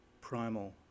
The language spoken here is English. primal